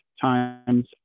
times